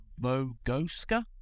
vogoska